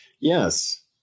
yes